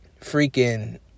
freaking